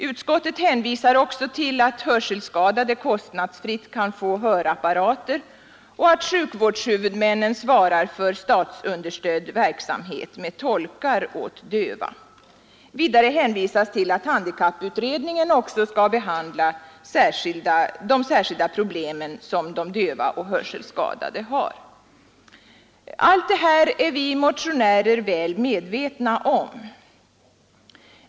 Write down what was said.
Utskottet hänvisar även till att hörselskadade kostnadsfritt kan få hörapparater och att sjukvårdshuvudmännen svarar för statsunderstödd verksamhet med tolkar åt döva. Vidare hänvisas till att handikapputredningen också skall behandla de särskilda problemen för döva och hörselskadade. Alla dessa åtgärder är vi motionärer väl medvetna om.